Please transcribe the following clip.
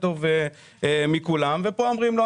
אומרים: לא,